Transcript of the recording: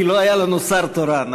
כי לא היה לנו שר תורן.